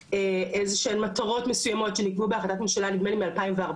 איזה שהן מטרות מסוימות שנקבעו בהחלטת ממשלה נדמה לי מ- 2014,